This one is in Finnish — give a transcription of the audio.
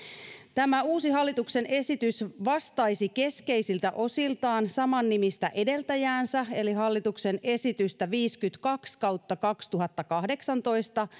tämä uusi hallituksen esitys vastaisi keskeisiltä osiltaan samannimistä edeltäjäänsä eli hallituksen esitystä viisikymmentäkaksi kautta kaksituhattakahdeksantoista